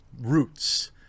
roots